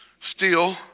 steal